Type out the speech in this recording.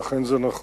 אך אין זה נכון.